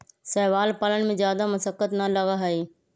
शैवाल पालन में जादा मशक्कत ना लगा हई